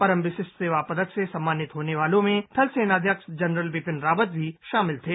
परम विशिष्ट सेवा पदक से सम्मानित होने वालों में थल सेनाध्यक्ष जनरल बिपिन रावत भी शामिल थे